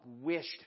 wished